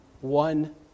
one